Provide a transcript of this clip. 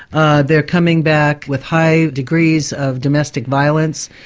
ah they're coming back with high degrees of domestic violence,